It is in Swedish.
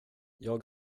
jag